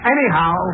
Anyhow